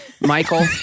michael